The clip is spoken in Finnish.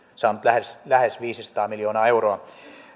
saanut lähes lähes viisisataa miljoonaa euroa